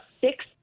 six